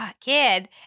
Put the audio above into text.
kid